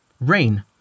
Rain